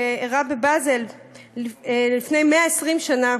שהתקיים בבאזל לפני 120 שנה.